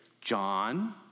John